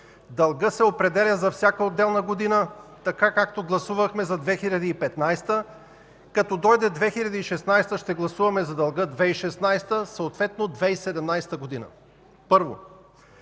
дългът се определя за всяка отделна година, както гласувахме за 2015 г. Като дойде 2016 г. ще гласуваме за дълга 2016 г., съответно 2017 г. – първо.